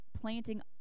planting